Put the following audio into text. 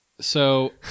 So-